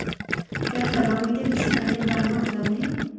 क्या थर्मामीटर किसी अन्य ब्रांड में उपलब्ध है